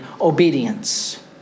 obedience